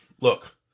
Look